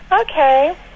Okay